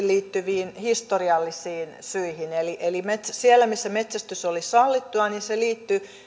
liittyviin historiallisiin syihin eli eli siellä missä metsästys oli sallittua se liittyi